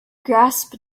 grasp